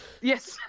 Yes